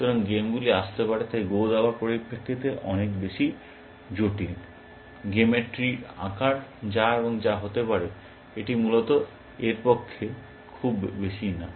সুতরাং গেমগুলি আসতে পারে তাই গো দাবার পরিপ্রেক্ষিতে অনেক বেশি জটিল গেমের ট্রির আকার যা এবং যা হতে পারে এটি মূলত এর পক্ষে খুব বেশি নয়